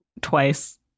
twice